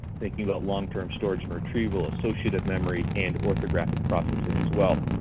thinking but long-term storage and retrieval, associative memory, and orthographic processing as well.